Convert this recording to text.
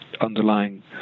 underlying